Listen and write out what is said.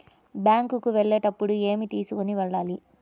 Bank కు వెళ్ళేటప్పుడు ఏమి తీసుకొని వెళ్ళాలి?